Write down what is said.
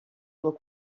doit